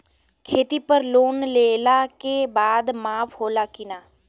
खेती पर लोन लेला के बाद माफ़ होला की ना?